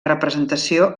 representació